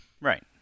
right